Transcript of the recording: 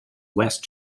west